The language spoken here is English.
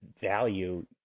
value